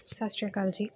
ਸਤਿ ਸ਼੍ਰੀ ਅਕਾਲ ਜੀ